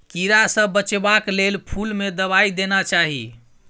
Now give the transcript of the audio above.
कीड़ा सँ बचेबाक लेल फुल में दवाई देना चाही